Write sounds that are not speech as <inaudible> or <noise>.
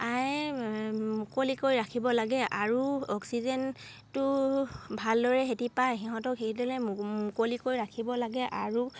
<unintelligible> মুকলিকৈ ৰাখিব লাগে আৰু অক্সিজেনটো ভালদৰে হেতি পায় সিহঁতক সেইদৰে মুকলিকৈ ৰাখিব লাগে আৰু